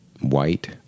white